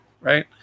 right